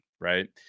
right